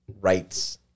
rights